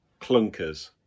clunkers